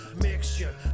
mixture